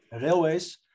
railways